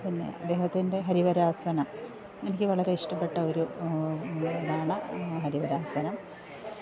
പിന്നെ അദ്ദേഹത്തിൻ്റെ ഹരിവരാസനം എനിക്ക് വളരെ ഇഷ്ടപ്പെട്ട ഒരു ഇതാണ് ഹരിവരാസനം